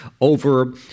over